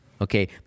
Okay